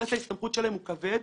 אינטרס ההסתמכות שלהם הוא כבד,